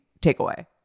takeaway